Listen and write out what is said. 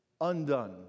undone